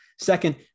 Second